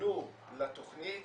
פנו לתכנית